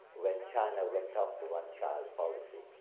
when china went up to one child policy,